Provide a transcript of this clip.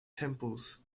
temples